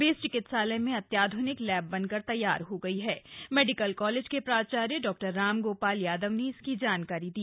base चिकित्सालय में अत्याध्निक लब बनकर तथ्वार हो गयी हथ मेडिकल कॉलेज के प्राचार्य डॉक्टर रामगोपाल यादव ने इसकी जानकारी दी